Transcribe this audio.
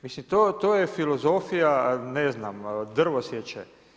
Mislim to je filozofija ne znam drvosječe.